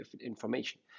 information